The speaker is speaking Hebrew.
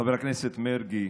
חבר הכנסת מרגי,